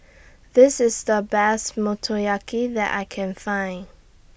This IS The Best Motoyaki that I Can Find